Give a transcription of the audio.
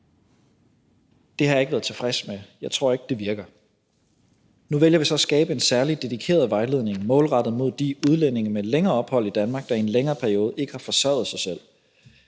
Det har jeg ikke været tilfreds med, og jeg tror ikke, at det virker. Nu vælger vi så at skabe en særlig dedikeret vejledning målrettet mod de udlændinge med længere ophold i Danmark, der i en længere periode ikke har forsørget sig selv.